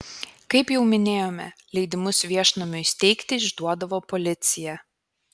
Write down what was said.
kaip jau minėjome leidimus viešnamiui steigti išduodavo policija